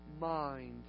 mind